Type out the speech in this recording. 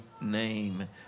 name